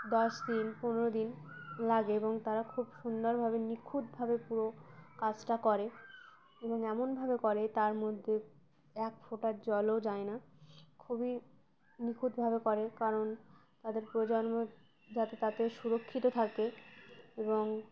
দশ দিন পনেরো দিন লাগে এবং তারা খুব সুন্দরভাবে নিখুঁতভাবে পুরো কাজটা করে এবং এমনভাবে করে তার মধ্যে এক ফোঁটার জলও যায় না খুবই নিখুঁতভাবে করে কারণ তাদের প্রজন্ম যাতে তাতে সুরক্ষিত থাকে এবং